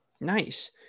nice